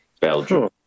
Belgium